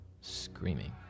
screaming